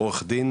עורך דין